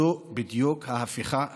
זו בדיוק ההפיכה השלטונית.